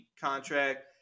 contract